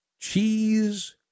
cheese